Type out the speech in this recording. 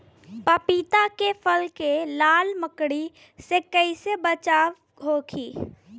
पपीता के फल के लाल मकड़ी से कइसे बचाव होखि?